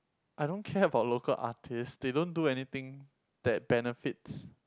I don't care about local artists they don't do anything that benefits